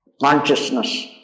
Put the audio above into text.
consciousness